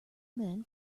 men